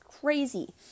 crazy